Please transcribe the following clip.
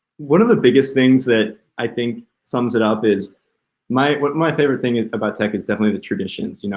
one of the biggest things that i think sums it up is my my favorite thing about tech is definitely the traditions. you know